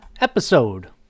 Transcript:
episode